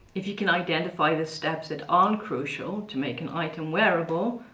if you can identify the steps that aren't crucial to make an item wearable,